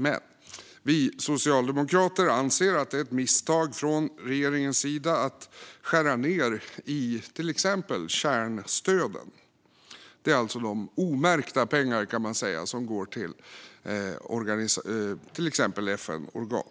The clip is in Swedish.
Men vi socialdemokrater anser att det är ett misstag från regeringens sida att skära ned på till exempel kärnstöden. Det är alltså de omärkta pengar, kan man säga, som går till exempelvis FN-organ.